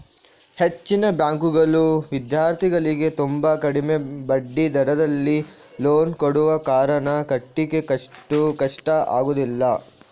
ಹೆಚ್ಚಿನ ಬ್ಯಾಂಕುಗಳು ವಿದ್ಯಾರ್ಥಿಗಳಿಗೆ ತುಂಬಾ ಕಡಿಮೆ ಬಡ್ಡಿ ದರದಲ್ಲಿ ಲೋನ್ ಕೊಡುವ ಕಾರಣ ಕಟ್ಲಿಕ್ಕೆ ಕಷ್ಟ ಆಗುದಿಲ್ಲ